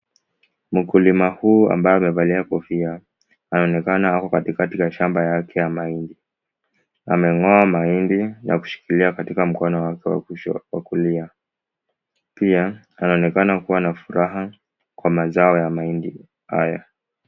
Mkulima huyu ambaye amevalia kofia, anaonekana shamba yake ya mahindi. Ameng'oa mahindi na kushikilia katika mkono wake wa kulia. Pia, anaonekana kuwa na furaha kwa mazao ya mahindi